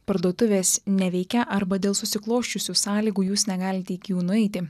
parduotuvės neveikia arba dėl susiklosčiusių sąlygų jūs negalite iki jų nueiti